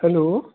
hello